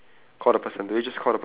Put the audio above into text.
okay I guess we're done then